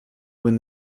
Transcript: when